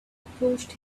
approached